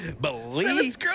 Believe